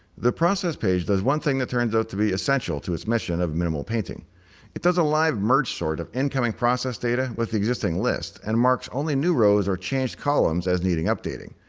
the process page does one thing that turns out to be essential to its mission of minimal painting it does a live merge sort of incoming process data with the existing list and marks only new rows or changed columns as needing updating.